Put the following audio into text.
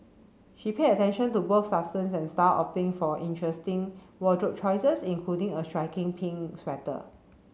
she paid attention to both substance and style opting for interesting wardrobe choices including a striking pink sweater